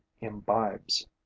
imbibes